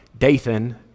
Dathan